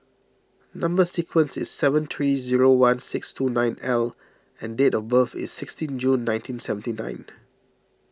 Number Sequence is seven three zero one six two nine L and date of birth is sixteen June nineteen seventy nine